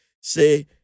say